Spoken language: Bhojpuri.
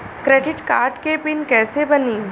क्रेडिट कार्ड के पिन कैसे बनी?